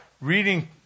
reading